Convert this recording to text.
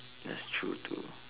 that's true too